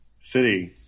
City